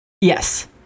Yes